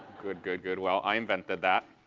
good. good. good. well, i invented that.